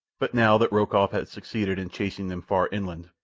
but now that rokoff had succeeded in chasing them far inland,